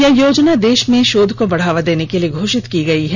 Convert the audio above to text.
यह योजना देश में शोध को बढ़ावा देने के लिए घोषित की गई है